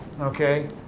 Okay